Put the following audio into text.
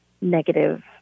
negative